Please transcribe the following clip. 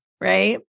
right